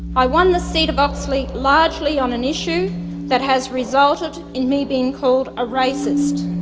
i won the seat of oxley largely on an issue that has resulted in me being called a racist.